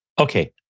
Okay